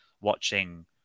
watching